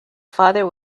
father